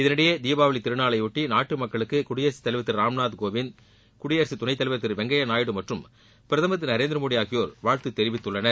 இதனிடையே தீபாவளி திருநாளையொட்டி நாட்டு மக்களுக்கு குடியரசு தலைவர் திரு ராம்நாத் கோவிந்த் குடியரசு துணைத்தலைவா் திரு வெங்கையா நாயுடு மற்றும் பிரதமா் திரு நரேந்திரமோடி ஆகியோர் வாழ்த்து தெரிவித்துள்ளனர்